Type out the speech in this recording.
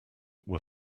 were